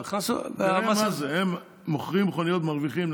הם מוכרים מכוניות ומרוויחים,